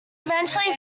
eventually